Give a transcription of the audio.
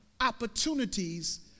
opportunities